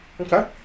okay